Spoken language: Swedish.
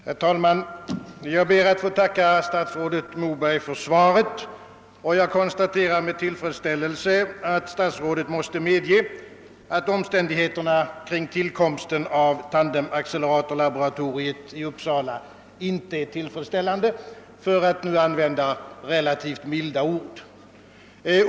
Herr talman! Jag ber att få tacka statsrådet Moberg för svaret och konstaterar med tillfredsställelse att statsrådet måste medge att omständigheterna kring tillkomsten av tandemacceleratorlaboratoriet i Uppsala inte är tillfredsställande — för att här använda relativt milda ord.